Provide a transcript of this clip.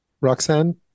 Roxanne